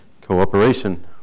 cooperation